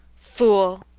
fool!